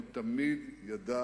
הוא תמיד ידע